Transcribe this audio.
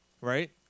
right